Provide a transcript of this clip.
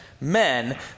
men